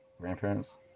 Grandparents